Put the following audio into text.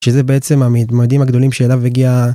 שזה בעצם המתמודדים הגדולים שאליו הגיעה.